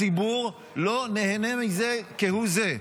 הציבור לא נהנה מזה כהוא זה.